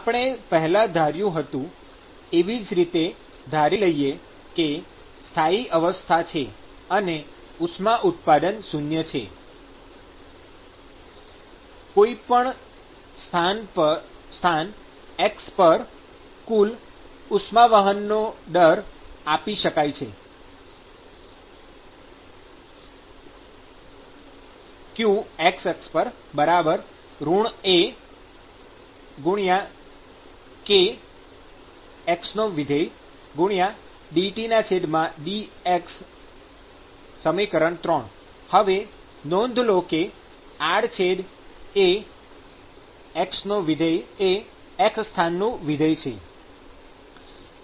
આપણે પેહલા ધાર્યું હતું એવી જ રીતે ધારી લઈએ કે સ્થાયી અવસ્થા છે અને ઉષ્મા ઉત્પાદન શૂન્ય છે કોઈ પણ સ્થાન x પર કુલ ઉષ્મા વહનનો દર આપી શકાય છે qx kAdTdx 3 હવે નોંધ લો કે આડછેદ A એ x સ્થાનનું વિધેય છે